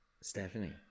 Stephanie